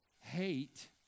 hate